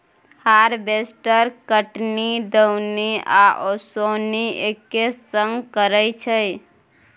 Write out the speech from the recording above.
harvester कटनी, दौनी आ ओसौनी एक्के संग करय छै